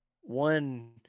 one